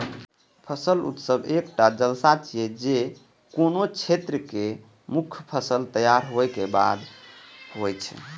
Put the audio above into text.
फसल उत्सव एकटा जलसा छियै, जे कोनो क्षेत्रक मुख्य फसल तैयार होय के बाद होइ छै